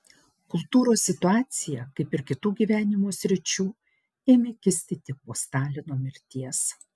kultūros situacija kaip ir kitų gyvenimo sričių ėmė kisti tik po stalino mirties